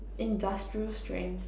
industrial strength